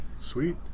sweet